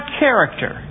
character